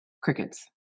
Crickets